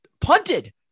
punted